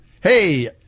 Hey